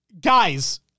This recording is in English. guys